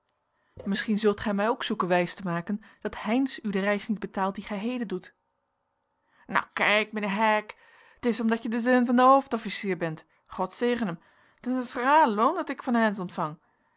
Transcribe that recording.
misschien zult gij mij ook zoeken wijs te maken dat heynsz u de reis niet betaalt die gij heden doet nou khijk meneer hijk t ishomdat je de zeun van dan oofd hoffiesier bent god zegen hem t is een schraal loon dat hik van eynsz ontvang